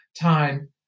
time